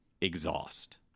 exhaust